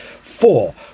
Four